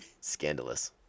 Scandalous